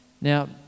Now